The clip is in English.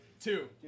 two